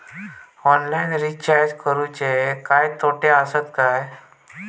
Online recharge करुचे काय तोटे आसत काय?